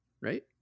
Right